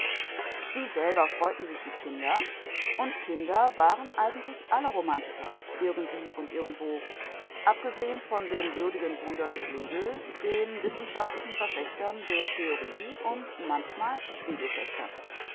sie selber freuten sich wie kinder daran und kinder waren alle romantiker irgendwie und irgendwo abgesehen von den würdigen brüdern schlegel den wissenschaftlichen verfechtern der theorie und manchmal